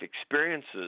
experiences